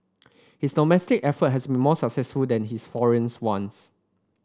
his domestic effort has been more successful than his foreign's ones